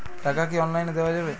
টাকা কি অনলাইনে দেওয়া যাবে?